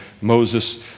Moses